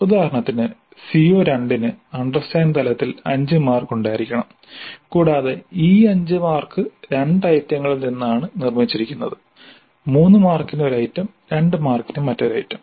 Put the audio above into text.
ഉദാഹരണത്തിന് CO2 ന് understand തലത്തിൽ 5 മാർക്ക് ഉണ്ടായിരിക്കണം കൂടാതെ ഈ 5 മാർക്ക് രണ്ട് ഐറ്റങ്ങളിൽ നിന്നാണ് നിർമ്മിച്ചിരിക്കുന്നത് 3 മാർക്കിന് ഒരു ഐറ്റം 2 മാർക്കിന് മറ്റൊരു ഐറ്റം